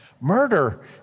murder